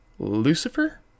Lucifer